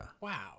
Wow